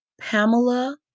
Pamela